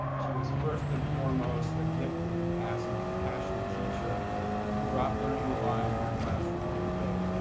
she was first and foremost a gifted and passionate passionate teacher who brought learning alive in her classroom every day.